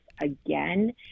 again